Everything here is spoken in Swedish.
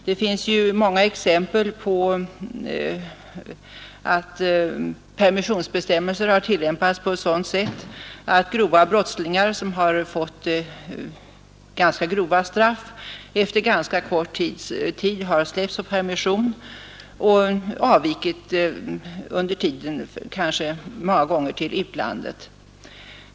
Det finns många exempel på att permissionsbestämmelserna har tillämpats på sådant sätt att grova brottslingar, som har fått ganska stränga straff, efter relativt kort tid har släppts ut på permission och avvikit, kanske många gånger till utlandet.